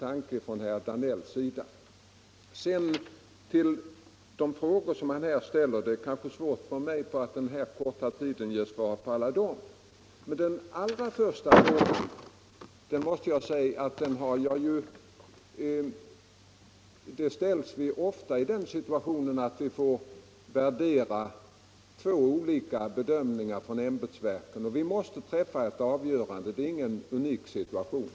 Vad sedan herr Danells frågor angår är det svårt för mig att ge utförliga svar på dem på den korta tid som här står mig till buds. Men vad den första frågan angår kan jag ändå säga att vi ofta ställs i den situationen att vi får värdera två olika bedömningar som ämbetsverken har gjort och att vi ju ändå måste träffa ett avgörande. Det är inte någon unik situation.